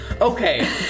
Okay